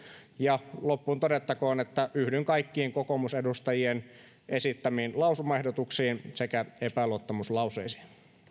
ja loppuun todettakoon että yhdyn kaikkiin kokoomusedustajien esittämiin lausumaehdotuksiin sekä epäluottamuslauseisiin